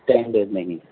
ten days میں ہی